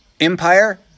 empire